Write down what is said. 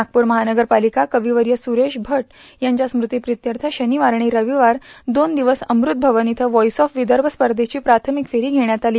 नागपूर महानगरपालिका कविवर्य सुरेश भट यांच्या स्मृतिप्रीत्यर्ष शनिवार आणि रविवार दोन दिवस अमृत भवन इथं व्हाईस ऑफ विदर्भ स्पर्धेची प्राथमिक फेरी घेण्यात आली